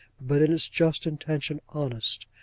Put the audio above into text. but in its just intention, honest,